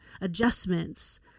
adjustments